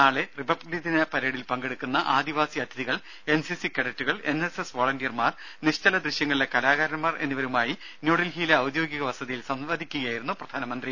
നാളെ റിപ്പബ്ലിക് ദിന പരേഡിൽ പങ്കെടുക്കുന്ന ആദിവാസി അതിഥികൾ എൻസിസി കേഡറ്റുകൾ എൻഎസ്എസ് വൊളന്റിയർമാർ നിശ്ചദൃശ്യങ്ങളിലെ കലാകാരൻമാർ എന്നിവരുമായി ന്യൂഡൽഹിയിലെ ഔദ്യോഗിക വസതിയിൽ സംവദിക്കുകയായിരുന്നു പ്രധാനമന്ത്രി